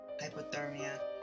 hypothermia